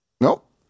Nope